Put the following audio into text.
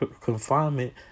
confinement